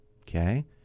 Okay